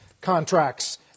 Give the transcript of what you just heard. contracts